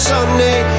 Sunday